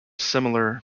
similar